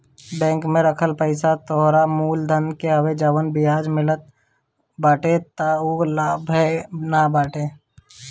bank में रखल पईसा तोहरा मूल धन हवे जवन बियाज मिलत बाटे उ तअ लाभवे न बाटे